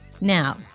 Now